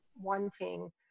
wanting